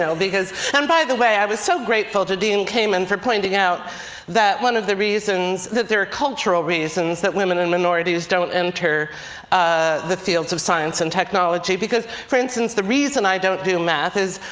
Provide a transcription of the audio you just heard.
so because and by the way to i was so grateful to dean kamen for pointing out that one of the reasons, that there are cultural reasons that women and minorities don't enter ah the fields of science and technology because for instance, the reason i don't do math is,